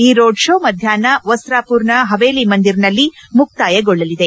ಈ road show ಮಧ್ವಾಷ್ನ ಮಸ್ತಾಮರ್ನ ಪವೇಲಿ ಮಂದಿರ್ನಲ್ಲಿ ಮುಕ್ತಾಯಗೊಳ್ಳಲಿದೆ